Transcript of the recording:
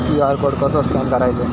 QR code कसो scan करायचो?